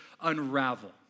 unravel